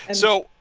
and so,